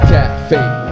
Cafe